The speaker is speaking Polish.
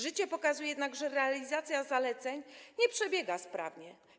Życie pokazuje jednak, że realizacja zaleceń nie przebiega sprawnie.